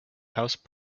house